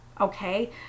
Okay